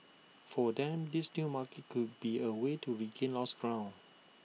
for them this new market could be A way to regain lost ground